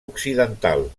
occidental